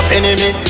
enemy